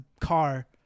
car